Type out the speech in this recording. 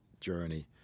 journey